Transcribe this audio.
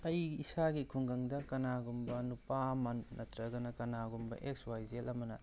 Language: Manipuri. ꯑꯩ ꯏꯁꯥꯒꯤ ꯈꯨꯡꯒꯪꯗ ꯀꯅꯥꯒꯨꯝꯕ ꯅꯨꯄꯥ ꯑꯃ ꯅꯠꯇ꯭ꯔꯒꯅ ꯀꯅꯥꯒꯨꯝꯕ ꯑꯦꯛꯁ ꯋꯥꯏ ꯖꯦꯠ ꯑꯃꯅ